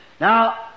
Now